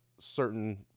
certain